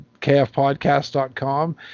kfpodcast.com